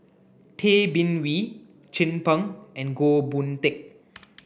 Tay Bin Wee Chin Peng and Goh Boon Teck